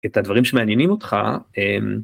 את הדברים שמעניינים אותך.